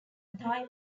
thai